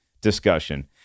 discussion